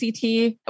CT